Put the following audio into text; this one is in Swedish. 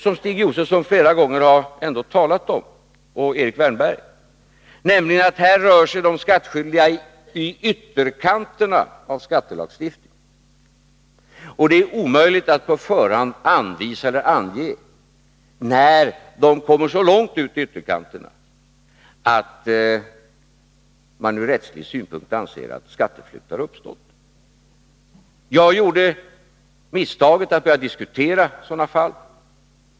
Som Stig Josefson och Erik Wärnberg flera gånger har talat om rör sig de skattskyldiga häri ytterkanterna av skattelagstiftningen, och det är omöjligt att på förhand ange när de kommer så långt ut på ytterkanterna att man från rättslig synpunkt anser att skatteflykt har uppstått. Jag gjorde misstaget att börja diskutera sådana fall.